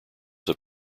have